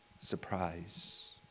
surprise